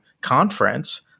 conference